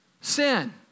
sin